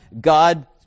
God